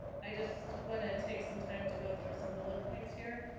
i just wanna take some time to go through some bullet points here.